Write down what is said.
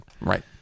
right